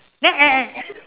then eh eh